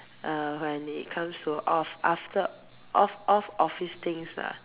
uh when it comes to off after off off office things lah